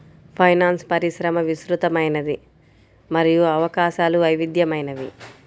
finance పరిశ్రమ విస్తృతమైనది మరియు అవకాశాలు వైవిధ్యమైనవి